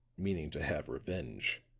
meaning to have revenge.